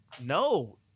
No